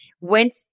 went